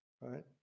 right